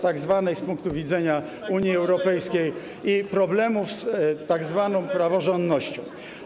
Tak zwanej z punktu widzenia Unii Europejskiej i problemów z tzw. praworządnością.